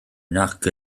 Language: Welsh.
nac